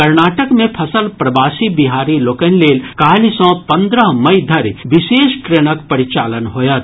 कर्नाटक मे फंसल प्रवासी बिहारी लोकनि लेल काल्हि सँ पन्द्रह मई धरि विशेष ट्रेनक परिचालन होयत